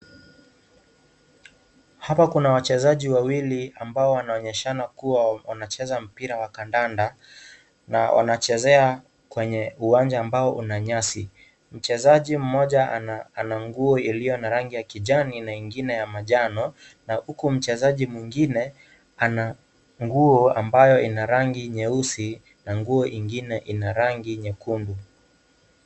Hapa kuna wachezaji wawili ambao wanaonyeshana kuwa wanacheza mpira wa kandanda. Na wanachezea kwenye uwanja ambao una nyasi. Mchezaji mmoja ana nguo iliyo na rangi ya kijani, na ingine ya manjano, huku mchezaji mwingine, ana nguo ambayo ina rangi nyeusi na nguo ingine ina rangi nyekundu.